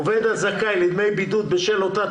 לגבי חברות ממשלתיות,